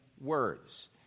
words